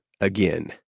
again